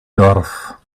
dorf